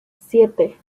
siete